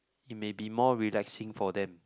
it may be more relaxing for them